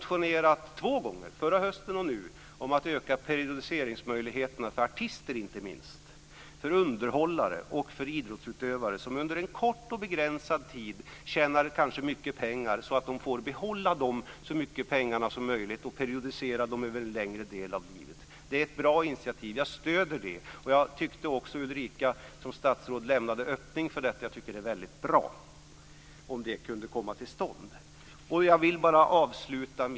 Två gånger, förra hösten och nu, har jag nämligen motionerat om ökade periodiseringsmöjligheter inte minst för artister och för underhållare och idrottsutövare som under en kort, begränsad tid kanske tjänar mycket pengar; detta för att de ska få behålla så mycket som möjligt av pengarna och periodisera dem över en längre tid. Det är ett bra initiativ som jag stöder. Jag uppfattade att statsrådet Messing lämnade en öppning. Det vore väldigt bra om det här kunde komma till stånd.